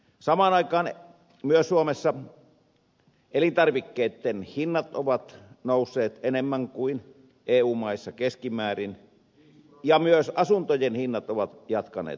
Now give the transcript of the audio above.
samaan aikaan suomessa elintarvikkeitten hinnat ovat nousseet enemmän kuin eu maissa keskimäärin ja myös asuntojen hinnat ovat jatkaneet nousuaan